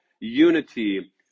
unity